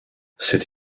cette